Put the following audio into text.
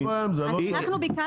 מה הבעיה עם זה, אני לא מבין?